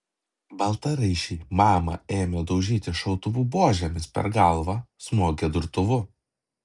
baltaraiščiai mamą ėmė daužyti šautuvų buožėmis per galvą smogė durtuvu